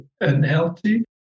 unhealthy